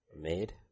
made